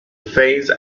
phase